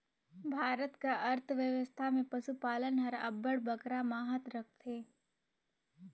भारत कर अर्थबेवस्था में पसुपालन हर अब्बड़ बगरा महत रखथे